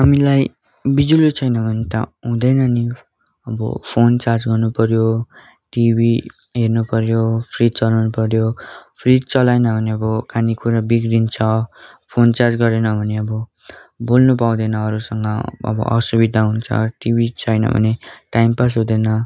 हामीलाई बिजुली छैन भने त हुँदैन नि अब फोन चार्ज गर्नुपऱ्यो टिभी हेर्नुपऱ्यो फ्रिज चलाउनुपऱ्यो फ्रिज चलाएन भने अब खाने कुरा बिग्रिन्छ फोन चार्ज गरेन भने अब बोल्नु पाउँदैन अरूसँग अब असुविधा हुन्छ अब टिभी छैन भने टाइम पास हुँदैन